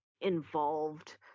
involved